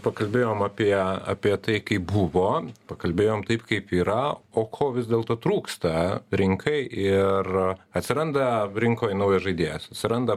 pakalbėjom apie apie tai kaip buvo pakalbėjom taip kaip yra o ko vis dėlto trūksta rinkai ir atsiranda rinkoj naujas žaidėjas atsiranda